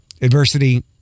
Adversity